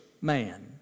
man